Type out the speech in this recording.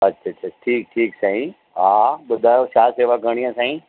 अच्छा छा ठीकु ठीकु साईं हा ॿुधायो छा शेवा करिणी आहे साईं